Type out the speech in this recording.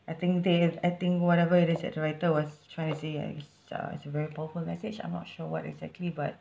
I think they've I think whatever it is that the writer was trying to say uh it's uh it's a very powerful message I'm not sure what exactly but